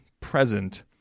present